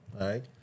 Right